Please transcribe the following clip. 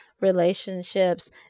relationships